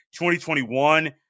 2021